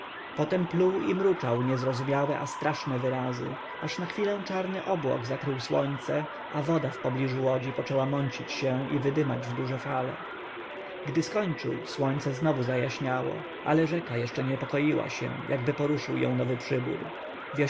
potem pluł i mruczał niezrozumiałe a straszne wyrazy aż na chwilę czarny obłok zakrył słońce a woda wpobliżu łodzi poczęła mącić się i wydymać w duże fale gdy skończył słońce znowu zajaśniało ale rzeka jeszcze niepokoiła się jakby poruszył ją nowy przybór wioślarze